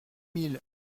mille